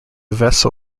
vessel